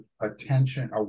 attention